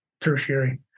tertiary